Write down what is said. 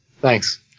thanks